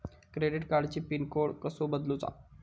Credit कार्डची pin code कसो बदलुचा?